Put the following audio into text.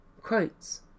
Quotes